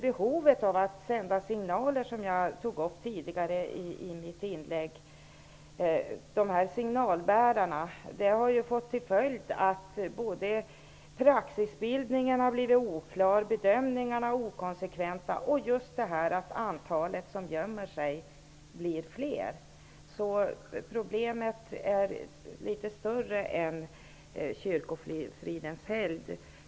Behovet av att sända signaler, av signalbärare, som jag tog upp i mitt inlägg tidigare, har fått till följd att praxisbildningen är oklar och bedömningarna inkonsekventa, och att antalet personer som gömmer sig är större. Problemet är alltså litet större än frågan om kyrkofridens helgd.